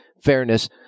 fairness